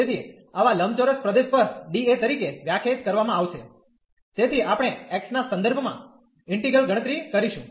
તેથી આવા લંબચોરસ પ્રદેશ પર dA તરીકે વ્યાખ્યાયિત કરવામાં આવશે તેથી આપણે x ના સંદર્ભમાં ઈન્ટિગ્રલ ગણતરી કરીશું